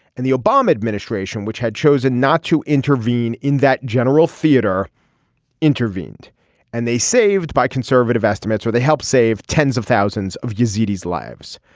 and the obama administration which had chosen not to intervene in that general theater intervened and they saved by conservative estimates or they helped save tens of thousands of visitors lives.